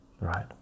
right